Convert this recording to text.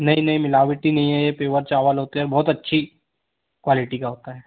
नहीं नहीं मिलावटी नहीं है ये पेवर चावल होते हैं बहुत अच्छी क्वालिटी का होता है